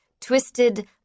twisted